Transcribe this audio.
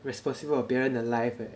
responsible of 别人的 life eh